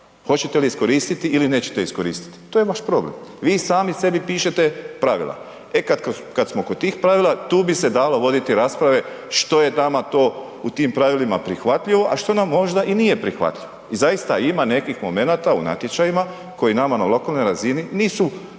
Hoćete li je iskoristiti ili nećete iskoristiti to je vaš problem, vi sami sebi pišete pravila. E kad smo kod tih pravila tu bi se dalo voditi rasprave što je nama to u tim pravilima prihvatljivo a što nam možda i nije prihvatljivoj. I zaista ima nekih momenata u natječajima koji nama na lokalnoj razini nisu možda